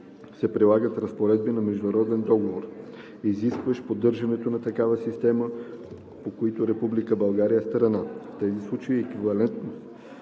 се прилагат разпоредби на международен договор, изискващ поддържането на такава система, по който Република България е страна; в тези случаи еквивалентност